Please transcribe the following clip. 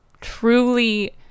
truly